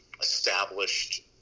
established